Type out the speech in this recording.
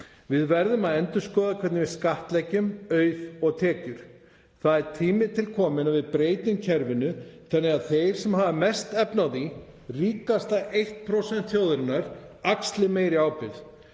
Við verðum að endurskoða hvernig við skattleggjum auð og tekjur. Það er tími til kominn að við breytum kerfinu þannig að þeir sem hafa helst efni á því, ríkasta 1% þjóðarinnar, axli meiri ábyrgð.